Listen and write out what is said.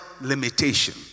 limitation